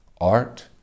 art